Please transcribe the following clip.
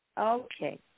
Okay